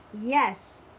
Yes